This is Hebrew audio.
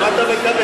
אז מה אתה מקווה?